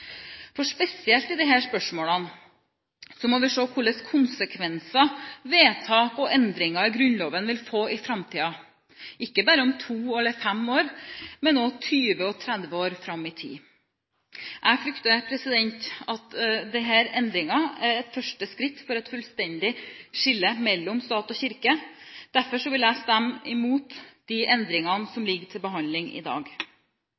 Spesielt i disse spørsmålene må vi se hva slags konsekvenser vedtak og endringer i Grunnloven vil få i framtiden – ikke bare om to eller fem år, men også 20 og 30 år fram i tid. Jeg frykter at disse endringene er et første skritt for et fullstendig skille mellom stat og kirke. Derfor vil jeg stemme imot de endringene som ligger til behandling i dag.